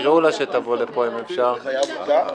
חקיקה) (תיקון מס' 2) (הארכת תוקף),